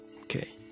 Okay